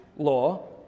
Law